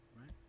right